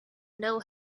know